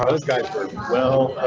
ah this guy well.